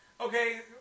Okay